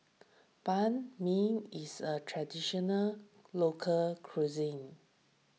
Banh Mi is a Traditional Local Cuisine